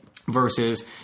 versus